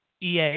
EA